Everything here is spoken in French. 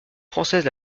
française